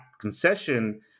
concession